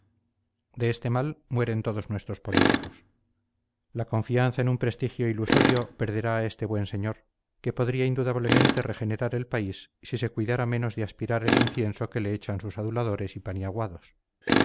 de este mal mueren todos nuestros políticos la confianza en un prestigio ilusorio perderá a este buen señor que podría indudablemente regenerar el país si se cuidara menos de aspirar el incienso que le echan sus aduladores y paniaguados